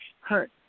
hurt